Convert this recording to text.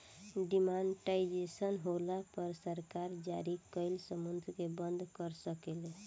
demonetisation होला पर सरकार जारी कइल मुद्रा के बंद कर सकेले